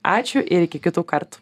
ačiū ir iki kitų kartų